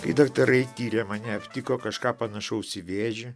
kai daktarai tyrė mane aptiko kažką panašaus į vėžį